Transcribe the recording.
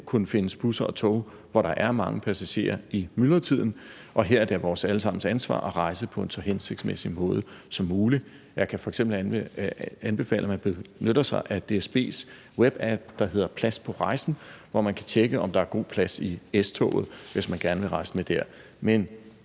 kunne findes busser og tog, som der er mange passagerer i, i myldretiden, og her er det vores alle sammens ansvar at rejse på en så hensigtsmæssig måde som muligt. Jeg kan f.eks. anbefale, at man benytter sig af DSB's webapp, der hedder »Plads på rejsen«, hvor man kan tjekke, om der er god plads i S-toget, hvis man gerne vil rejse med dér.